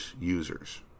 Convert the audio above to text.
users